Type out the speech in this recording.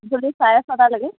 গধূলি চাৰে ছটা লৈকে